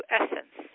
essence